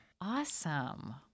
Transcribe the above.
Awesome